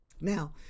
Now